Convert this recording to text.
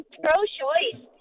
pro-choice